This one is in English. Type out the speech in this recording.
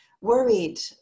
worried